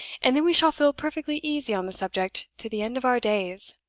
and then we shall feel perfectly easy on the subject to the end of our days.